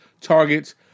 targets